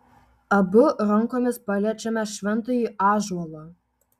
abu rankomis paliečiame šventąjį ąžuolą